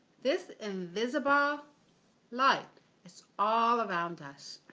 this invisible light is all around us.